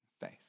Faith